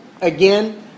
again